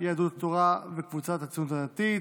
יהדות התורה וקבוצת הציונות הדתית.